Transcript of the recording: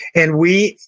and we,